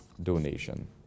donation